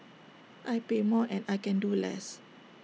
I pay more and I can do less